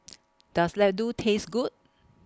Does Laddu Taste Good